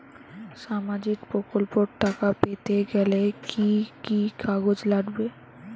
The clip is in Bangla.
সামাজিক প্রকল্পর টাকা পেতে গেলে কি কি কাগজ লাগবে?